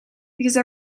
because